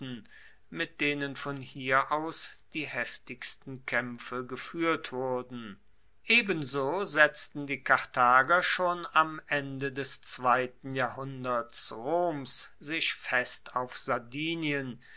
mit denen von hier aus die heftigsten kaempfe gefuehrt wurden ebenso setzten die karthager schon am ende des zweiten jahrhunderts roms sich fest auf sardinien